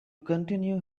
continue